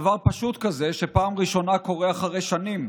דבר פשוט כזה שפעם ראשונה קורה אחרי שנים,